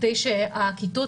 כדי שהכיתות,